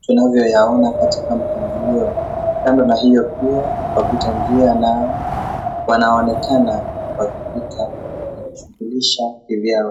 tunavyoyaona katika mpangilio. Kando na hio pia, wapita njia nao wanaonekana wakipita kujishughulisha kivi yao.